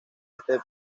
este